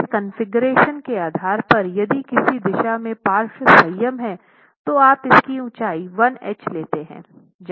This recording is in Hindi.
इस कॉन्फ़िगरेशन के आधार पर यदि किसी दिशा में पार्श्व संयम है तो आप इसकी ऊंचाई 1 h लेते हैं जहाँ h स्तंभ की ऊँचाई है